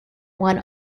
one